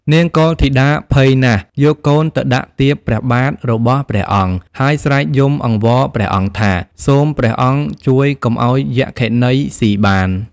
នាងកុលធីតាភ័យណាស់ យកកូនទៅដាក់ទៀបព្រះបាទរបស់ព្រះអង្គ ហើយស្រែកយំអង្វរព្រះអង្គថា សូមព្រះអង្គជួយកុំឲ្យយក្ខិនីស៊ីបាន។